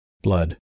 blood